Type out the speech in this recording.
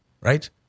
right